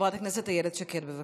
חברת הכנסת איילת שקד, בבקשה.